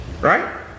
right